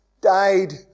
died